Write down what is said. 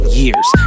years